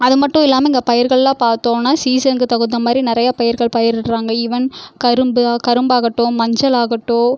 அது மட்டும் இல்லாமல் இங்கே பயிர்களெலாம் பார்த்தோன்னா சீசனுக்கு தகுந்த மாதிரி நிறையா பயிர்கள் பயிரிடுறாங்க ஈவென் கரும்பு கரும்பாகட்டும் மஞ்சளாகட்டும்